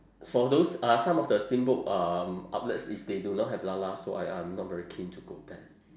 for those uh some of the steamboat um outlets if they do not have 啦啦 so I I'm not very keen to go there